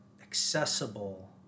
accessible